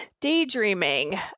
daydreaming